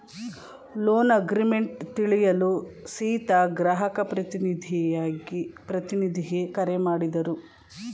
loan agreement ತಿಳಿಯಲು ಸೀತಾ ಗ್ರಾಹಕ ಪ್ರತಿನಿಧಿಗೆ ಕರೆ ಮಾಡಿದರು